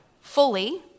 fully